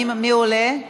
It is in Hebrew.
מי עולה?